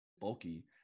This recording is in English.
bulky